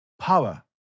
power